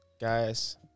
Guys